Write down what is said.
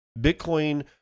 Bitcoin